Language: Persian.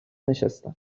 نشستم